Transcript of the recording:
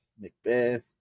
Macbeth